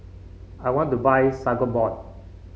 I want to buy Sangobion